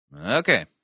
Okay